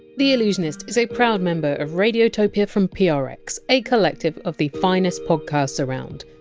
the allusionist is a proud member of radiotopia from prx, a collective of the finest podcasts around.